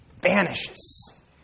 vanishes